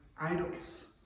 idols